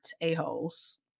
a-holes